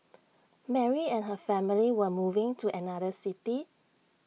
Mary and her family were moving to another city